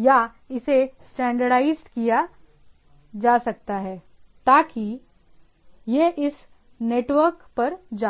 या इसे स्टैंडर्डाइज्ड किया जा सकता है ताकि यह इस नेटवर्क पर जा सके